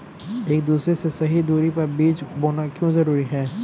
एक दूसरे से सही दूरी पर बीज बोना क्यों जरूरी है?